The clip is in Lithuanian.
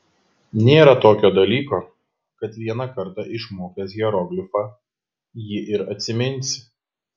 nėra tokio dalyko kad vieną kartą išmokęs hieroglifą jį ir atsiminsi